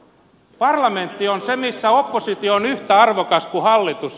parlamentti on se missä oppositio on yhtä arvokas kuin hallitus